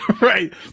Right